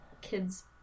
kids